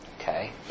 Okay